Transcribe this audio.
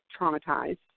traumatized